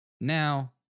Now